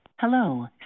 Hello